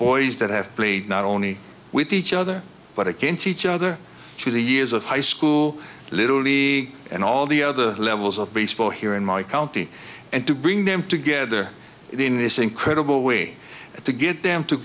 boys that have played not only with each other but against each other through the years of high school literally and all the other levels of baseball here in my county and to bring them together in this incredible way to get them to